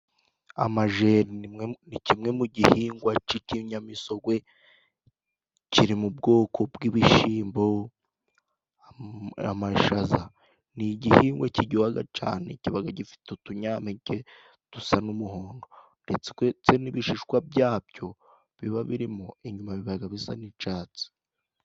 Amajeri ni kimwe mu gihingwa cy'ikinyamisogwe, kiri mu bwoko bw'ibishyimbo, amashaza ni igihingwa kiryoha cyane, kiba gifite utunyampeke dusa n'umuhondo, ndetse n'ibishishwa byabyo biba birimo, inyuma biba bisa n'icyatsi.